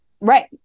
Right